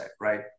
right